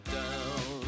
down